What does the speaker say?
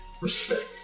Respect